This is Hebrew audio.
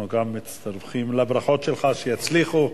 אנחנו גם מצטרפים לברכות שלך שיצליחו.